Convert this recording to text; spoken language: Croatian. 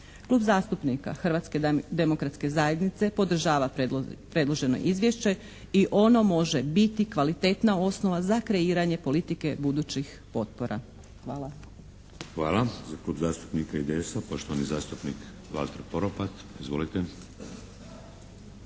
Klub zastupnika Hrvatske demokratske zajednice podržava predloženo izvješće i ono može biti kvalitetna osnova za kreiranje politike budućih potpora. Hvala. **Šeks, Vladimir (HDZ)** Hvala. Za Klub zastupnika IDS-a poštovani zastupnik Valter Poropat. Izvolite.